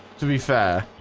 to be fair